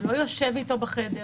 הוא לא יושב איתו בחדר,